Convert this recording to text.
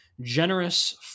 generous